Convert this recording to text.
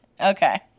Okay